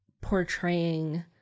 portraying